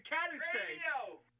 Radio